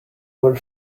our